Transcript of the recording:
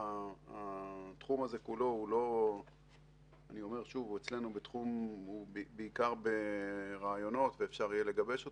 התחום הזה אצלנו הוא בעיקר ברעיונות ואפשר לגבש אותו.